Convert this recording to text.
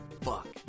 fuck